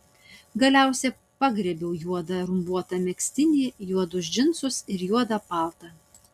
galiausiai pagriebiau juodą rumbuotą megztinį juodus džinsus ir juodą paltą